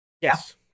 Yes